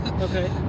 okay